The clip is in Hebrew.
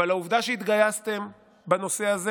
אבל העובדה שהתגייסתם בנושא הזה